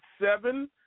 seven